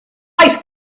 ice